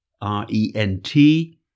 R-E-N-T